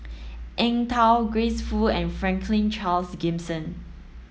Eng Tow Grace Fu and Franklin Charles Gimson